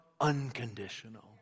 unconditional